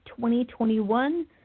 2021